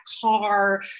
car